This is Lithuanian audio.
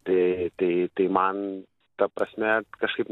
tai tai tai man ta prasme kažkaip